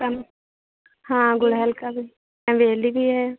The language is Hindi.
तम हाँ गुड़हल का भी हाँ ले लीजिए